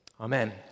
Amen